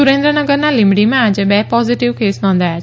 સુરેન્દ્રનગરના લીંબડીમાં આજે બે પોઝીટીવ કેસ નોંધાયા છે